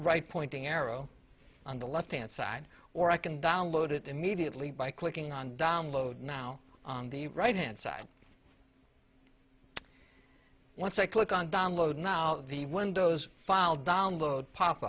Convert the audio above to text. right pointing arrow on the left hand side or i can download it immediately by clicking on download now on the right hand side once i click on download now the windows file download pop